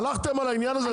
הלכתם על העניין הזה?